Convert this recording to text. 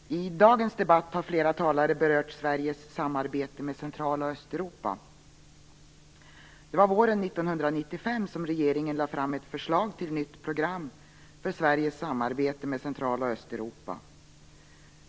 Herr talman! Under dagens debatt har flera talare berört Sveriges samarbete med Central och Östeuropa. Det var våren 1995 som regeringen lade fram ett förslag till nytt program för Sveriges samarbete med Central och Östeuropa.